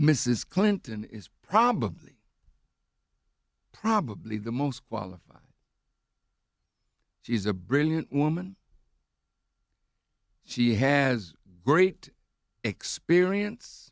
mrs clinton is probably probably the most qualified she is a brilliant woman she has great experience